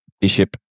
Bishop